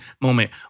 moment